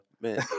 Man